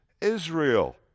Israel